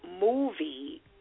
movie